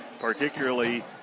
particularly